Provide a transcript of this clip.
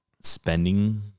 spending